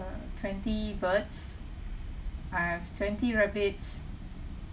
uh twenty birds I have twenty rabbits